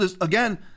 Again